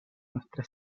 nuestra